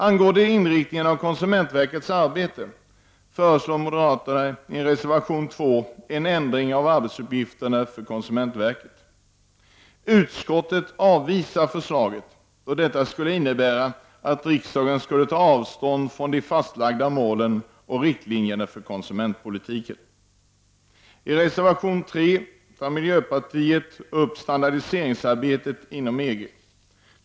Angående inriktningen av konsumentverkets arbete föreslår moderaterna i reservation 2 en ändring av arbetsuppgiften för konsumentverket. Utskottet avvisar förslaget, då detta skulle innebära att riksdagen tog avstånd från de fastlagda målen och riktlinjerna för konsumentpolitiken. I reservation 3 tar miljöpartiet upp standardiseringsarbetet inom EG.